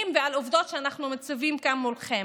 ועל עובדות שאנחנו מציבים כאן מולכם,